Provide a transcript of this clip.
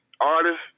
artist